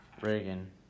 Reagan